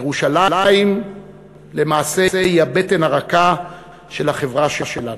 ירושלים למעשה היא הבטן הרכה של החברה שלנו.